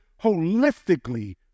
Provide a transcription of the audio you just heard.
holistically